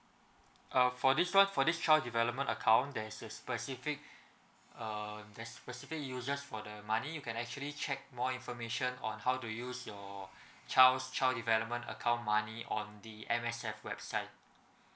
uh for this one for this child development account there's a specific uh there's specific uses for the money you can actually check more information on how to use your child's child development account money on the M_S_F website